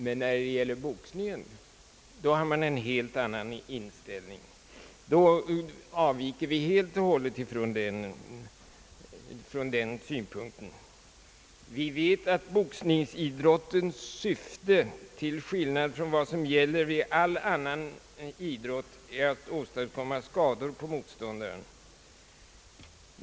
Men när det gäller boxning har man en helt annan inställning. Då bortser man helt och hållet från den synpunkten. Vi vet att boxningsidrottens syfte, till skillnad från vad som gäller för all annan idrott, är att åstadkomma skador på motståndaren.